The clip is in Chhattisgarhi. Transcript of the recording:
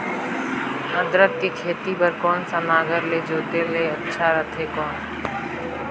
अदरक के खेती बार कोन सा नागर ले जोते ले अच्छा रथे कौन?